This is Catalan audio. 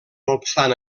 obstant